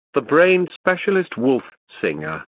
the brain specialist wolf singer,